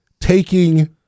taking